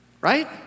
Right